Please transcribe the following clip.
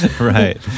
Right